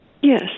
Yes